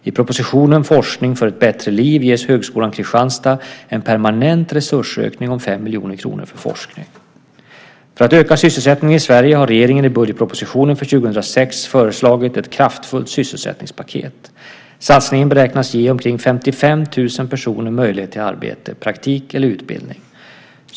I propositionen Forskning för ett bättre liv ges Högskolan Kristianstad en permanent resursökning om 5 miljoner kronor för forskning. För att öka sysselsättningen i Sverige har regeringen i budgetpropositionen för 2006 föreslagit ett kraftfullt sysselsättningspaket. Satsningen beräknas ge omkring 55 000 personer möjlighet till arbete, praktik eller utbildning.